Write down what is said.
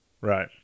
Right